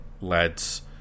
lads